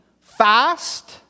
fast